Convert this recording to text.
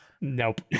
Nope